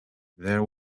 there